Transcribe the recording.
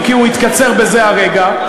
אם כי הוא התקצר בזה הרגע,